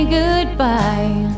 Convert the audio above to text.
goodbye